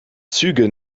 züge